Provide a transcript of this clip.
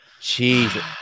Jesus